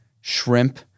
shrimp